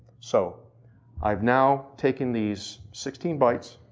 so i've now taken these sixteen bytes,